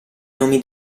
nomi